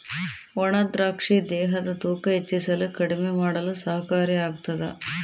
ಒಣ ದ್ರಾಕ್ಷಿ ದೇಹದ ತೂಕ ಹೆಚ್ಚಿಸಲು ಕಡಿಮೆ ಮಾಡಲು ಸಹಕಾರಿ ಆಗ್ತಾದ